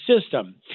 system